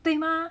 对吗